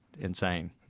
insane